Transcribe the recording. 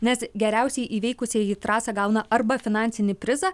nes geriausiai įveikusieji trasą gauna arba finansinį prizą